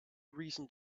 reason